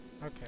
Okay